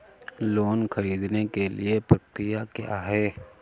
Loan ख़रीदने के लिए प्रक्रिया क्या है?